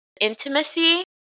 intimacy